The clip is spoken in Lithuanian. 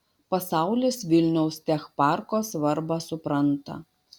pasaulis vilniaus tech parko svarbą supranta